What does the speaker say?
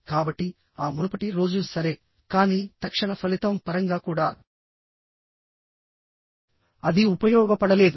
కాబట్టి ఆ మునుపటి రోజు సరేకానీ తక్షణ ఫలితం పరంగా కూడాఅది ఉపయోగపడలేదు